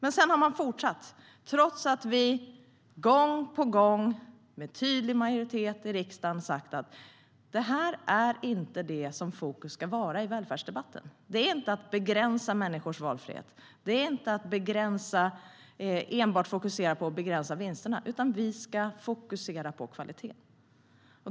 Men sedan har man fortsatt, trots att vi gång på gång i riksdagen med tydlig majoritet sagt att det här inte är det som fokus ska ligga på i välfärdsdebatten. Vi ska inte fokusera på att begränsa människors valfrihet eller enbart på att begränsa vinsterna, utan vi ska fokusera på kvalitet.